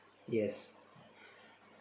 yes